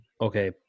okay